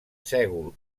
sègol